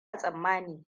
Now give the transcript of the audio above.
tsammani